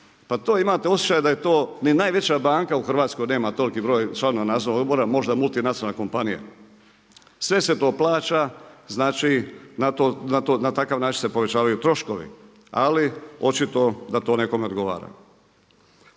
pa to imate osjećaj da je to ni najveća banka u Hrvatskoj nema toliki broj članova Nadzornog odbora, možda multinacionalna kompanija. Sve se to plaća, znači na takav način se povećavaju troškovi. Ali očito da to nekome odgovara.